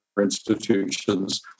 institutions